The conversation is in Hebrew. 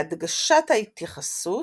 להדגשת ההתייחסות,